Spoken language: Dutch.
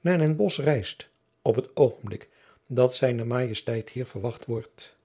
naar den bosch reist op het oogenblik dat zijne majesteit hier verwacht wordt